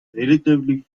relatively